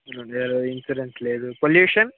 లేదు ఇన్స్యూరెన్స్ లేదు పొల్యూషన్